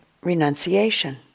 renunciation